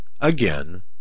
again